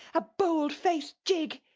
a bold-faced jig.